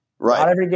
Right